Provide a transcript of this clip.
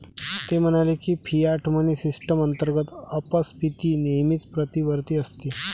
ते म्हणाले की, फियाट मनी सिस्टम अंतर्गत अपस्फीती नेहमीच प्रतिवर्ती असते